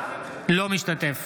אינו משתתף